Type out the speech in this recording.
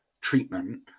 treatment